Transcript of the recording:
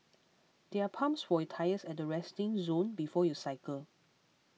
there are pumps for your tyres at the resting zone before you cycle